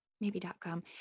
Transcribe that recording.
maybe.com